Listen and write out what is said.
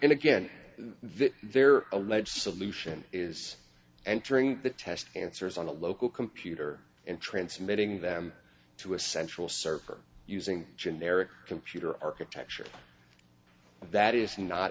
and again their alleged solution is entering the test answers on the local computer and transmitting them to a central server using generic computer architecture that is not